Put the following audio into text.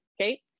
okay